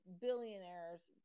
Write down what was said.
billionaires